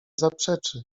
zaprzeczy